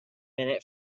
minute